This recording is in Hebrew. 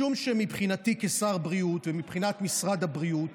משום שמבחינתי כשר בריאות ומבחינת משרד הבריאות